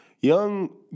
young